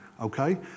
Okay